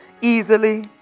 easily